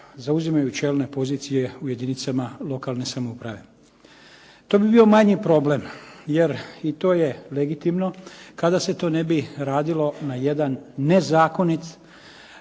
zauzimaju čelne pozicije u jedinicama lokalne samouprave. To bi bio manji problem jer i to je legitimno kada se to ne bi radilo na jedan nezakonit,